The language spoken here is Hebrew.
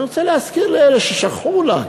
אני רוצה להזכיר לאלה ששכחו אולי,